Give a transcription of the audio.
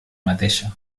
mateixa